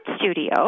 studio